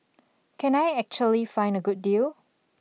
can I actually find a good deal